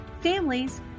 families